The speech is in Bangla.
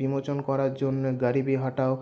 বিমোচন করার জন্য গারিবি হটাও